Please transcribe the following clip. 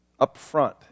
upfront